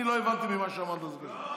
אני לא הבנתי ממה שאמרת שזה קשור.